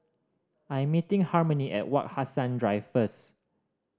I am meeting Harmony at Wak Hassan Drive first